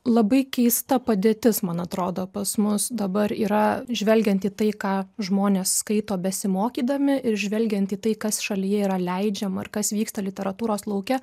labai keista padėtis man atrodo pas mus dabar yra žvelgiant į tai ką žmonės skaito besimokydami ir žvelgiant į tai kas šalyje yra leidžiama ir kas vyksta literatūros lauke